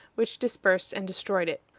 which dispersed and destroyed it.